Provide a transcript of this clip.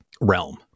realm